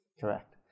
Correct